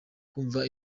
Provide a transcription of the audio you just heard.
kumva